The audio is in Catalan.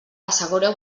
assegureu